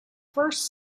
first